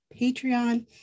Patreon